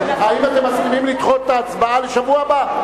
האם אתם מסכימים לדחות את ההצבעה לשבוע הבא,